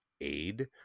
aid